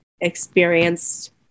experienced